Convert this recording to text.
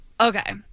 Okay